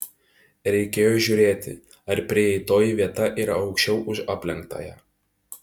reikėjo žiūrėti ar prieitoji vieta yra aukščiau už aplenktąją